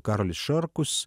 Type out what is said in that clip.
karolis šarkus